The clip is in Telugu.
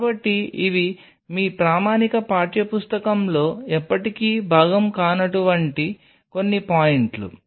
కాబట్టి ఇవి మీ ప్రామాణిక పాఠ్యపుస్తకంలో ఎప్పటికీ భాగం కానటువంటి కొన్ని పాయింట్లు